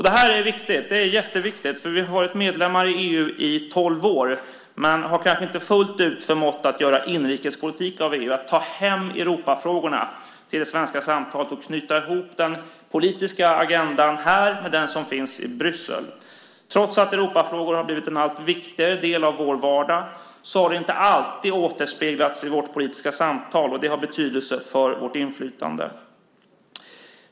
Det här är jätteviktigt, för vi har varit medlem i EU i tolv år men har kanske inte fullt ut förmått att göra inrikespolitik av det hela och ta hem Europafrågorna till det svenska samtalet och knyta ihop den politiska agendan här med den som finns i Bryssel. Trots att Europafrågorna har blivit en allt viktigare del av vår vardag har det inte alltid återspeglats i vårt politiska samtal, och det har betydelse för vårt inflytande.